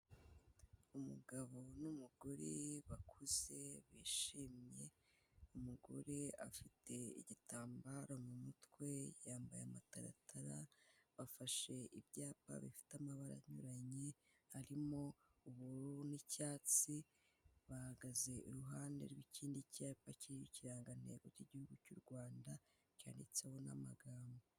Umugabo n'umugore bakuze bishimye, umugore afite igitambaro mu mutwe yambaye amataratara, bafashe ibyapa bifite amabara anyuranye arimo ubururu n'icyatsi, bahagaze iruhande rw'ikindi cyapa kiriho ikirangantego k'igihugu cy'u Rwanda cyanditseho n'amagambo.